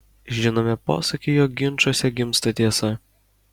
žinome posakį jog ginčuose gimsta tiesa